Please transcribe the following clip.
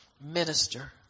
minister